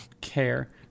care